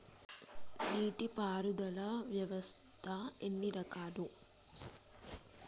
నీటి పారుదల వ్యవస్థ ఎన్ని రకాలు?